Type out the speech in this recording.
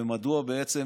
ומדוע בעצם